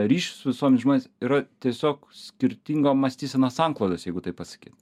ryšių su visuomene žmonės yra tiesiog skirtingo mąstysenos sanklodos jeigu taip pasakyt